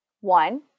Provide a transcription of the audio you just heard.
One